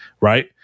right